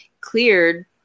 cleared